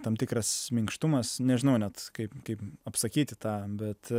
tam tikras minkštumas nežinau net kaip kaip apsakyti tą bet